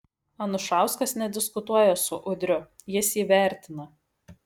anušauskas nediskutuoja su udriu jis jį vertina